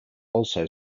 also